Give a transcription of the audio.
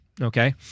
Okay